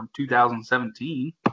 2017